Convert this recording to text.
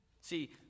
see